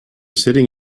sitting